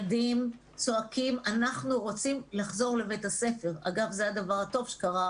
הדבר הטוב שקורה